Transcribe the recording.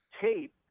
tape